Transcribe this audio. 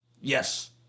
Yes